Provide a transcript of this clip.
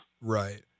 Right